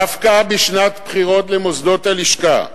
דווקא בשנת בחירות למוסדות הלשכה,